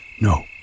No